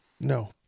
No